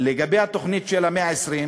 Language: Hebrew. לגבי התוכנית של "צוות 120 הימים",